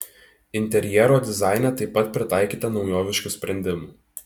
interjero dizaine taip pat pritaikyta naujoviškų sprendimų